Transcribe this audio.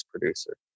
producer